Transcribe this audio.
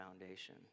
foundation